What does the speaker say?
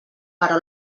però